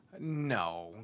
No